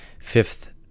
fifth